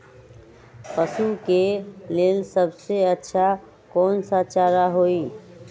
पशु के लेल सबसे अच्छा कौन सा चारा होई?